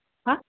হ্যাঁ